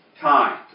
time